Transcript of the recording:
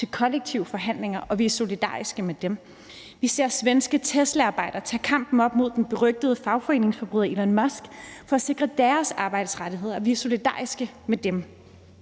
til kollektive forhandlinger, og vi er solidariske med dem. Vi ser svenske teslaarbejdere tage kampen op mod den berygtede fagforeningsforbryder Elon Musk for at sikre deres arbejdsrettigheder, og vi er solidariske med dem.